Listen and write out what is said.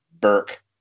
Burke